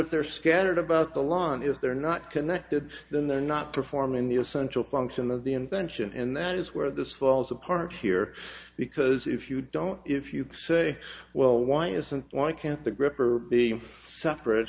if they're scattered about the lawn if they're not connected then they're not performing the essential function of the invention and that is where this falls apart here because if you don't if you say well why isn't why can't the gripper be separate